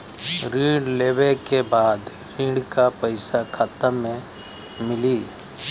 ऋण लेवे के बाद ऋण का पैसा खाता में मिली?